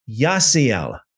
Yasiel